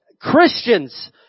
Christians